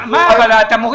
אז אתה מוריד